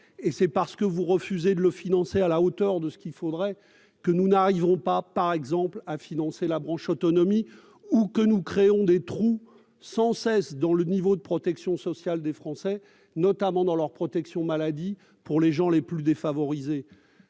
et c'est parce que vous refusez de le financer, à la hauteur de ce qu'il faudrait que nous n'arriverons pas par exemple à financer la branche autonomie ou que nous créons des trous sans cesse dans le niveau de protection sociale des Français, notamment dans leur protection maladie pour les gens les plus défavorisés